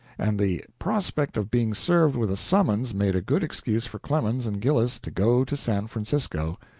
and the prospect of being served with a summons made a good excuse for clemens and gillis to go to san francisco,